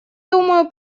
думаю